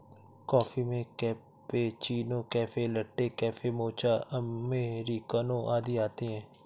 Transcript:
coffee में cappuccino, cafe latte, cafe mocha, अमेरिकनों आदि आते है